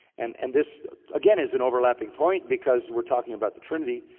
and and this again is an overlapping point because we're talking about the trinity.